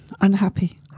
unhappy